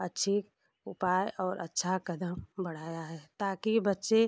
अच्छी उपाय और अच्छा कदम बढ़ाया है ताकि बच्चे